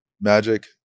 Magic